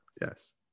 Yes